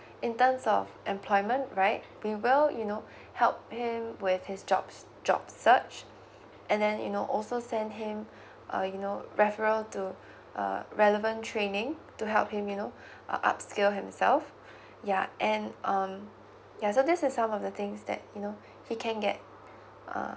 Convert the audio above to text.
in terms of employment right we will you know help him with his jobs job search and then you know also send him uh you know referral to uh relevant training to help him you know uh upskill himself yeah and um ya so this is some of the things that you know he can get uh